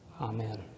Amen